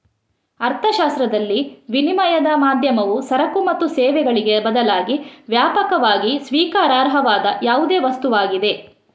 ಅರ್ಥಶಾಸ್ತ್ರದಲ್ಲಿ, ವಿನಿಮಯದ ಮಾಧ್ಯಮವು ಸರಕು ಮತ್ತು ಸೇವೆಗಳಿಗೆ ಬದಲಾಗಿ ವ್ಯಾಪಕವಾಗಿ ಸ್ವೀಕಾರಾರ್ಹವಾದ ಯಾವುದೇ ವಸ್ತುವಾಗಿದೆ